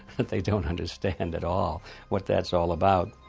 but they don't understand at all what that's all about.